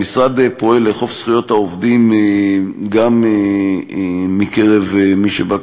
המשרד פועל לאכיפת זכויות העובדים גם מקרב מי שבא,